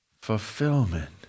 fulfillment